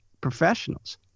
professionals